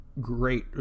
great